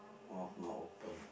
mouth not open